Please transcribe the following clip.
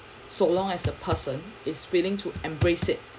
so long as the person is willing to embrace it